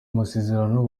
amasezerano